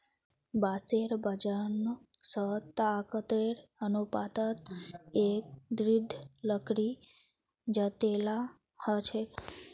बांसेर वजन स ताकतेर अनुपातत एक दृढ़ लकड़ी जतेला ह छेक